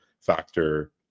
factor